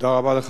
תודה רבה לך.